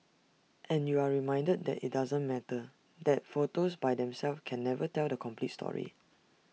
and you are reminded that IT doesn't matter that photos by themselves can never tell the complete story